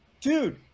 Dude